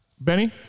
Benny